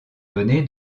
donnée